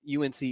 UNC